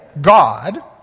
God